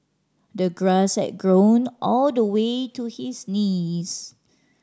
the grass had grown all the way to his knees